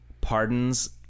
pardons